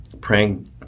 praying